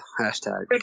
Hashtag